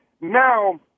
now